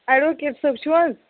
advocate صٲب چھُو حظ